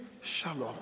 shalom